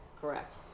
Correct